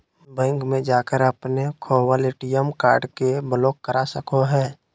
bank में जाकर अपने खोवल ए.टी.एम कार्ड के ब्लॉक करा सको हइ